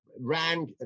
ran